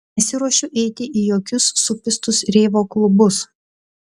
nesiruošiu eiti į jokius supistus reivo klubus